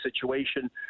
situation